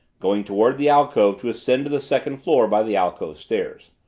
going toward the alcove to ascend to the second floor by the alcove stairs.